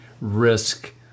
risk